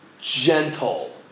Gentle